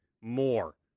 more